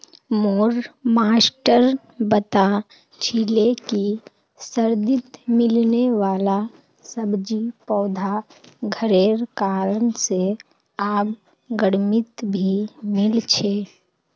मोर मास्टर बता छीले कि सर्दित मिलने वाला सब्जि पौधा घरेर कारण से आब गर्मित भी मिल छे